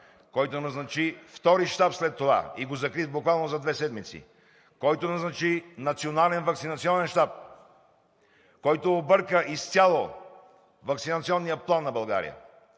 който назначи втори щаб след това и буквално за две седмици го закри, който назначи Национален ваксинационен щаб, който обърка изцяло Ваксинационния план на България,